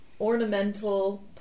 ornamental